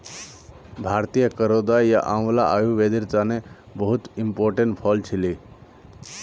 भारतीय करौदा या आंवला आयुर्वेदेर तने बहुत इंपोर्टेंट फल छिके